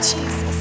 Jesus